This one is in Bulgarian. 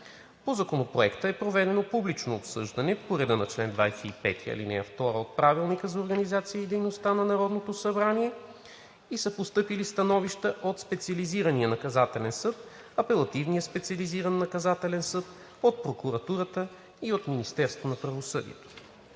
По Законопроекта е проведено публично обсъждане по реда на чл. 25, ал. 2 от Правилника за организацията и дейността на Народното събрание и са постъпили становища от Специализирания наказателен съд, от Апелативния специализиран наказателен съд, от Прокуратурата на Република България и от Министерството на правосъдието.